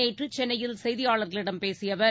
நேற்று சென்னையில் செய்தியாளர்களிடம் பேசிய அவர்